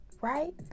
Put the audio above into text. Right